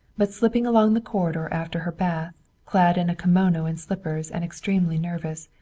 but slipping along the corridor after her bath, clad in a kimono and slippers and extremely nervous,